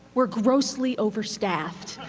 we are grossly overstaffed.